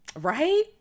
Right